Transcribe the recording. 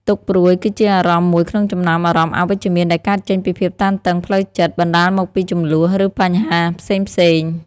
ទុក្ខព្រួយ គឺជាអារម្មណ៍មួយក្នុងចំណោមអារម្មណ៍អវិជ្ជមានដែលកើតចេញពីភាពតានតឹងផ្លូវចិត្ត បណ្ដាលមកពីជម្លោះ ឬបញ្ហាផ្សេងៗ។